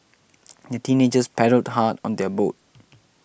the teenagers paddled hard on their boat